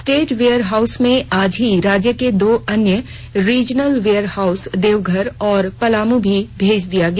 state warehouse से आज ही राज्य के दो अन्य रीजनल वेयर हाउस देवघर और पलामू भी भेज दिया गया